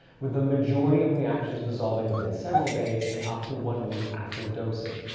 with the majority of reactions resolving within several days and up to one week after dosing.